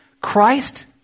Christ